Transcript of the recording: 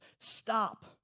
stop